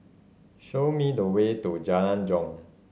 show me the way to Jalan Jong